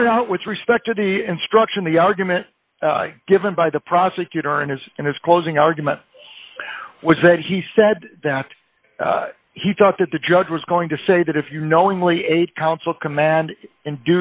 pointed out with respect to the instruction the argument given by the prosecutor in his in his closing argument was that he said that he thought that the judge was going to say that if you knowingly aid counsel command ind